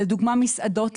לדוגמה מסעדות,